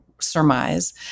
surmise